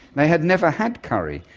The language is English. they had never had curry.